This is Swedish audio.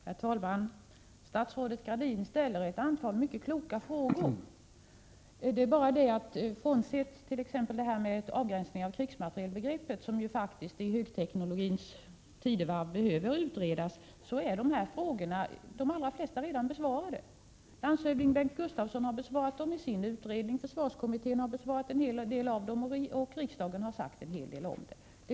Herr talman! Statsrådet Gradin ställde ett antal mycket kloka frågor. Det är bara det att frånsett t.ex. avgränsningen av krigsmaterielbegreppet, som faktiskt i detta högteknologins tidevarv behöver utredas, är de flesta av dessa frågor alla redan besvarade. Landshövding Bengt Gustavsson har besvarat dem i sin utredning, försvarskommittén har besvarat en hel del av dem, och även riksdagen har sagt åtskilligt om dem.